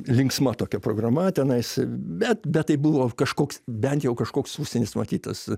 linksma tokia programa tenais bet bet tai buvo kažkoks bent jau kažkoks užsienis matytas